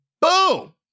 boom